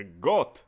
God